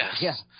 Yes